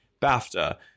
BAFTA